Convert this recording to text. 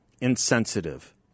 insensitive